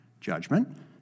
judgment